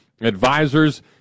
Advisors